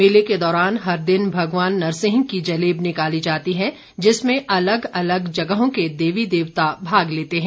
मेले के दौरान हर दिन भगवान नरसिंह की जलेब निकाली जाती है जिसमें अलग अलग जगहों के देवी देवता भाग लेते हैं